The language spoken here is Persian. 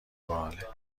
باحاله